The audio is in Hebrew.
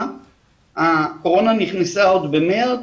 הקורונה נכנסה עוד במארס,